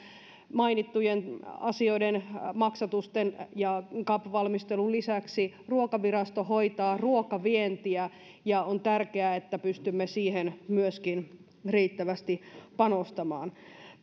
mainittujen asioiden maksatusten ja cap valmistelun lisäksi ruokavirasto hoitaa ruokavientiä ja on tärkeää että pystymme siihen myöskin riittävästi panostamaan